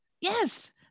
Yes